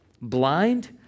Blind